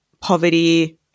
poverty